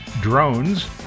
drones